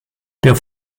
der